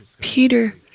Peter